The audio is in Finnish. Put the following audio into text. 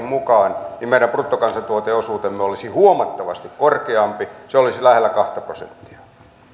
mukaan ottamalla meidän bruttokansantuoteosuutemme olisi huomattavasti korkeampi se olisi lähellä kaksi prosenttia